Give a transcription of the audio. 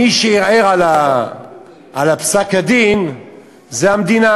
מי שערער על פסק-הדין זה המדינה.